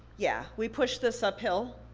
yeah, we pushed this uphill.